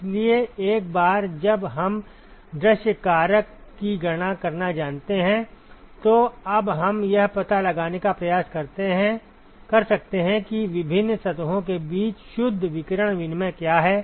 इसलिए एक बार जब हम दृश्य कारक की गणना करना जानते हैं तो अब हम यह पता लगाने का प्रयास कर सकते हैं कि विभिन्न सतहों के बीच शुद्ध विकिरण विनिमय क्या है